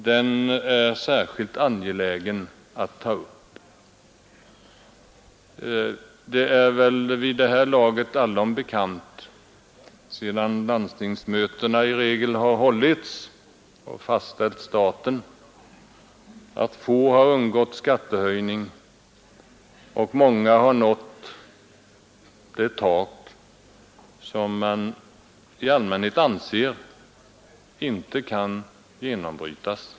Det är väl vid det här laget allom bekant, sedan landstingsmötena nu i regel har hållits och fastställt staten, att få landsting har undgått skattehöjning och att många har nått det tak som man i allmänhet anser inte kan genombrytas.